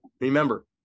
remember